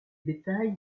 bétail